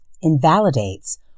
invalidates